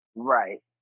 Right